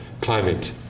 climate